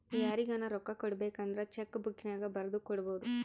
ಯಾರಿಗನ ರೊಕ್ಕ ಕೊಡಬೇಕಂದ್ರ ಚೆಕ್ಕು ಬುಕ್ಕಿನ್ಯಾಗ ಬರೆದು ಕೊಡಬೊದು